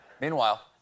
Meanwhile